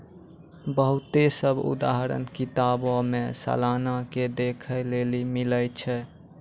बहुते सभ उदाहरण किताबो मे सलाना के देखै लेली मिलै छै